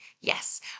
Yes